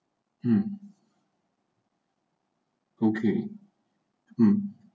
mm okay mm